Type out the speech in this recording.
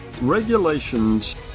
regulations